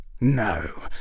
No